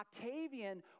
Octavian